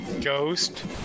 ghost